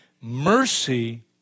mercy